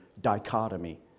dichotomy